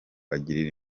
agirira